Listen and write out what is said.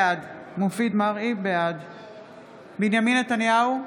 בעד בנימין נתניהו,